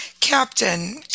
captain